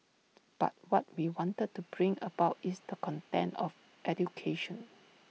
but what we wanted to bring about is the content of education